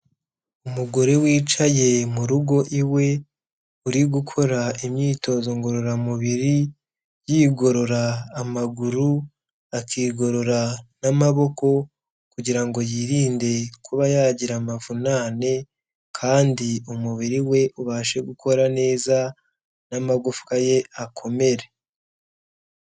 umugore wicaye mu rugo iwe uri gukora imyitozo ngororamubiri yigorora amaguru akigorora n'amaboko kugira ngo yirinde kuba yagira amavunane kandi umubiri we ubashe gukora neza n'amagufwa ye akomere